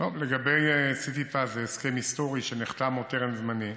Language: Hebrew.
לגבי סיטיפס, זה הסכם היסטורי שנחתם עוד טרם זמני.